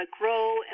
grow